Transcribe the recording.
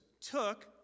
took